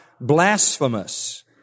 blasphemous